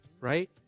right